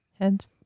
heads